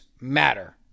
matter